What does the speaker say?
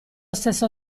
stesso